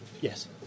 Yes